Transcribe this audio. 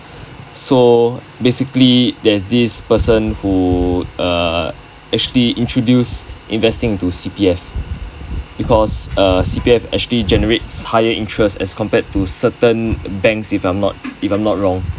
so basically there's this person who uh actually introduced investing into C_P_F because uh C_P_F actually generates higher interest as compared to certain banks if I'm not if I'm not wrong